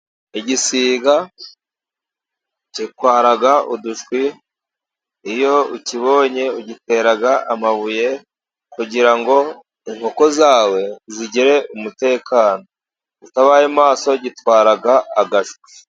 Igisiga gitwara udushwi . Iyo ukibonye ugitera amabuye kugira ngo inkoko zawe zigire umutekano. Utabaye maso gitwara agashwi.